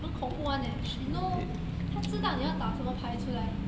很恐怖 one eh she know 她知道你要打什么牌出来